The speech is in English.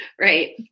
Right